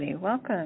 Welcome